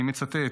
אני מצטט: